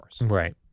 Right